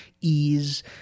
ease